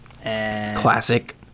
Classic